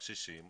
הקשישים,